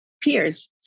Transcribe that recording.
peers